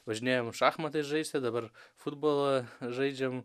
važinėjom šachmatais žaisti dabar futbolą žaidžiam